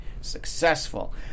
successful